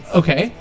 okay